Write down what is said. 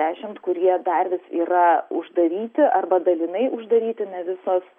dešimt kurie dar vis yra uždaryti arba dalinai uždaryti ne visos